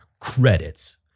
credits